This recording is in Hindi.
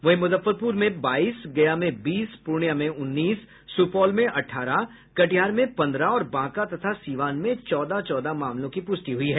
वहीं मुजफ्फरपुर में बाईस गया में बीस पूर्णिया में उन्नीस सुपौल में अठारह कटिहार में पंद्रह और बांका तथा सीवान में चौदह चौदह मामलों की पुष्टि हुई है